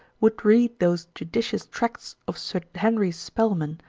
would read those judicious tracts of sir henry spelman,